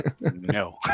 no